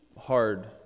hard